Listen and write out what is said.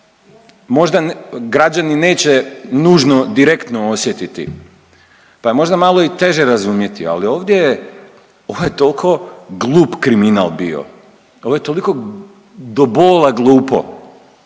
možda građani neće nužno direktno osjetiti, pa je možda i malo teže razumjeti. Ali ovdje, ovo je toliko glup kriminal bio, ovo je toliko do bola glupo